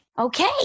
Okay